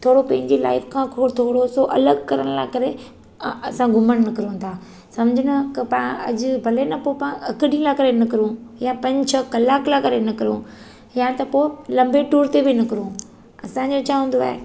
थोरो पंहिंजी लाइफ़ खां खोण थोरो सो अलॻि करण लाइ करे असां घुमणु निकरूं था समुझ न पाणु अॼु भले न पोइ पाण हिकु ॾींहुं लाइ करे निकरूं या पंज छ्ह कलाक लाइ करे निकरूं या त पोइ लम्बे टूर ते बि निकरूं असांजो छा हूंदो आहे